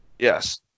Yes